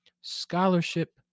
scholarship